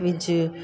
विझ